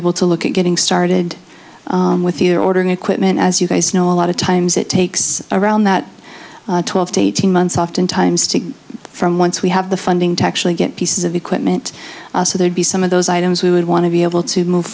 able to look at getting started with your ordering equipment as you guys know a lot of times it takes around that twelve to eighteen months oftentimes to get from once we have the funding to actually get pieces of equipment also there be some of those items we would want to be able to move